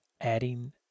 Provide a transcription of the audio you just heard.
adding